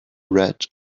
red